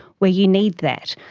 where you need that.